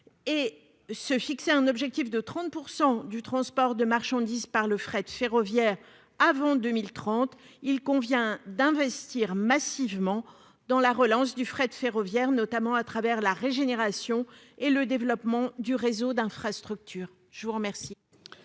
et se fixer un objectif de 30 % du transport de marchandises transitant par le fret ferroviaire avant 2030, il convient d'investir massivement dans la relance de ce secteur, notamment au travers de la régénération et du développement du réseau d'infrastructures. L'amendement